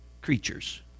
creatures